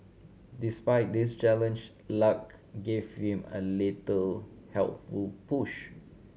despite this challenge luck gave him a little helpful push